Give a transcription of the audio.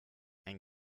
ein